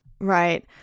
Right